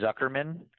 Zuckerman